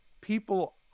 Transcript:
people